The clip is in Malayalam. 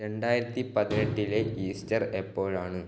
രണ്ടായിരത്തി പതിനെട്ടിലെ ഈസ്റ്റർ എപ്പോഴാണ്